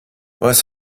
was